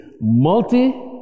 multi